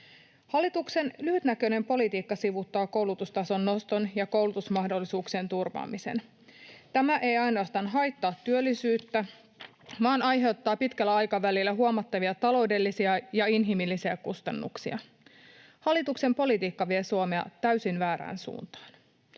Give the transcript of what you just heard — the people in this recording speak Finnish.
Hallituksen lyhytnäköinen politiikka sivuuttaa koulutustason noston ja koulutusmahdollisuuksien turvaamisen. Tämä ei ainoastaan haittaa työllisyyttä vaan aiheuttaa pitkällä aikavälillä huomattavia taloudellisia ja inhimillisiä kustannuksia. Hallituksen politiikka vie Suomea täysin väärään suuntaan.